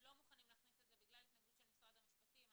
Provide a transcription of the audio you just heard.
לא מוכנים להכניס את זה בגלל התנגדות של משרד המשפטים.